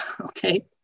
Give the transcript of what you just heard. okay